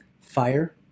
fire